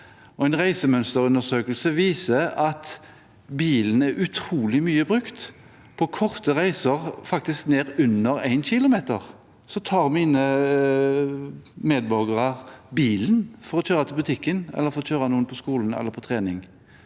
En reisemønsterundersøkelse viser at bilen er utrolig mye brukt. På korte reiser, faktisk ned til under én kilometer, tar mine medborgere bilen for å kjøre til butikken, eller for å kjøre noen